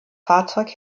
fahrzeug